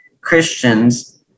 Christians